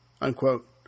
unquote